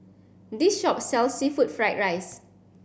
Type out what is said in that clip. this shop sells seafood fried rice